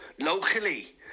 locally